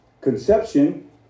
conception